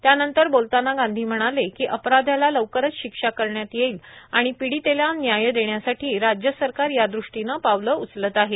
त्यानंतर बोलतांना गांधी म्हणाले कि अपराध्याला लवकरच शिक्षा देण्यात येईल आणि पिडीतेला न्याय देण्यासाठी राज्य सरकार यादृष्टीनं पावलं उचलत आहे